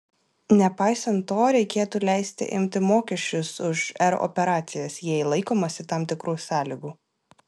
nepaisant to reikėtų leisti imti mokesčius už r operacijas jei laikomasi tam tikrų sąlygų